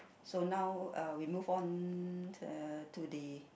so now uh we move on uh to the